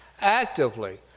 actively